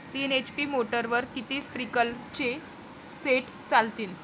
तीन एच.पी मोटरवर किती स्प्रिंकलरचे सेट चालतीन?